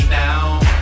now